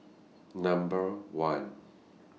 Number one